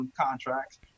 contracts